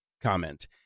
comment